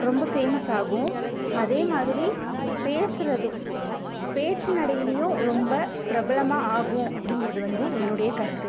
ரொம்ப ஃபேமஸ் ஆகும் அதே மாதிரி பேசுவதும் பேச்சு நடையிலியும் ரொம்ப பிரபலமாக ஆகும் அப்படிங்கறது வந்து என்னோடைய கருத்து